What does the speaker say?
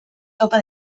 topa